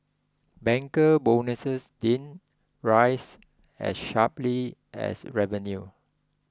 banker bonuses didn't rise as sharply as revenue